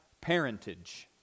parentage